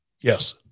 Yes